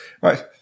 Right